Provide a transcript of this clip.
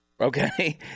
Okay